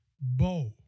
Bo